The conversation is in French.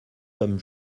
comme